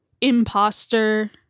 imposter